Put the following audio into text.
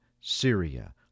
Syria